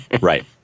Right